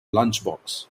lunchbox